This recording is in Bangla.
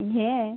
হ্যাঁ